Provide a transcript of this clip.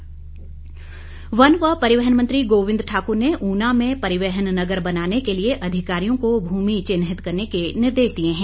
गोबिंद ठाकुर वन व परिवहन मंत्री गोबिंद ठाकुर ने ऊना में परिवहन नगर बनाने के लिए अधिकारियों को भूमि चिन्हित करने के निर्देश दिए हैं